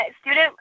student